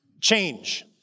change